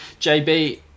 JB